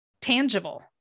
tangible